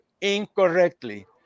incorrectly